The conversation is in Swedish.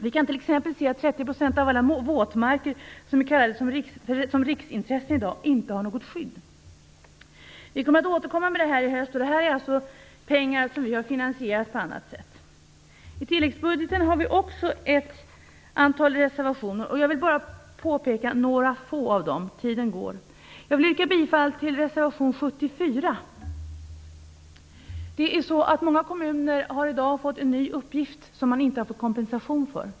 Vi kan t.ex. se att 30 % av alla våtmarker som i dag klassas som riksintressen inte har något skydd. Vi återkommer i denna fråga i höst. Detta är förslag som vi har finansierat på annat sätt. Vi har ett antal reservationer till detta betänkande, som bygger på tilläggsbudgeten. Jag vill ta upp några få av dem, eftersom tiden går. Jag vill yrka bifall till reservation 74. Många kommuner har fått en ny uppgift som de inte har fått kompensation för.